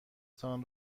تان